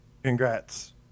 Congrats